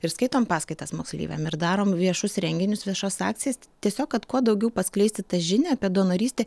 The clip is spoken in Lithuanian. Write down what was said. ir skaitom paskaitas moksleiviam ir darom viešus renginius viešas akcijas tiesiog kad kuo daugiau paskleisti tą žinią apie donorystę